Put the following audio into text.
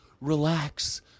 relax